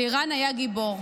אלירן היה גיבור.